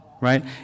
right